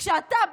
כשאתה,